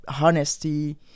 honesty